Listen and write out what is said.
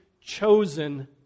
chosen